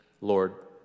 Lord